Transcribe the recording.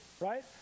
right